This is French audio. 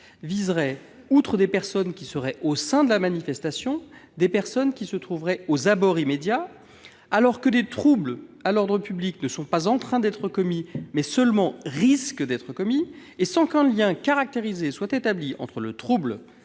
vise, outre des personnes qui seraient « au sein » de la manifestation, des personnes qui se trouveraient « aux abords immédiats », alors que des troubles à l'ordre public ne sont pas en train d'être commis, mais seulement « risquent d'être commis », et sans qu'un lien caractérisé soit établi entre le trouble